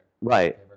Right